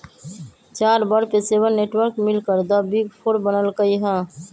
चार बड़ पेशेवर नेटवर्क मिलकर द बिग फोर बनल कई ह